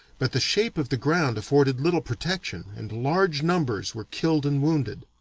but the shape of the ground afforded little protection and large numbers were killed and wounded.